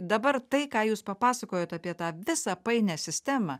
dabar tai ką jūs papasakojot apie tą visą painią sistemą